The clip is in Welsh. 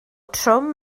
trwm